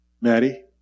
Maddie